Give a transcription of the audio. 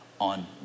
On